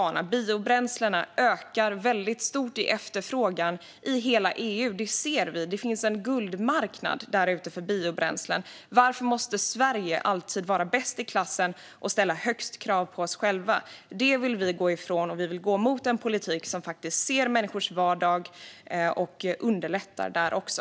Efterfrågan på biobränslen ökar väldigt stort i hela EU. Det ser vi. Det finns en guldmarknad för biobränslen. Varför måste vi i Sverige alltid vara bäst i klassen och ställa högst krav på oss själva? Detta vill vi gå ifrån. Vi vill gå i riktning mot en politik som faktiskt ser människors vardag och underlättar där också.